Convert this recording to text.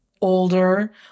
older